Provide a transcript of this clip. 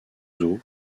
zoo